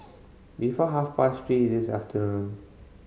before half past three this afternoon